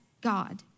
God